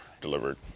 delivered